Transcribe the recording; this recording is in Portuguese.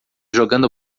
jogando